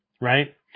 Right